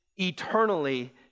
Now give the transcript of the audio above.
eternally